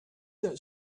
that